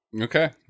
Okay